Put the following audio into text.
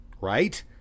right